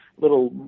Little